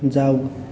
जाऊ